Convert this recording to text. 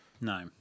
No